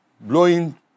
blowing